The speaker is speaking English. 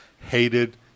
hated